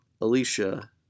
Alicia